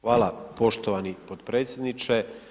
Hvala poštovani potpredsjedniče.